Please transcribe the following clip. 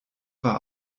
war